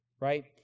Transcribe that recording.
Right